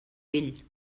vell